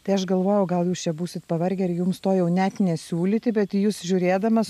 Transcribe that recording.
tai aš galvoju gal jūs būsit pavargę ar jums to jau net nesiūlyti bet į jus žiūrėdama